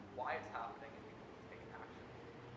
why it's happening and being able to take action on it.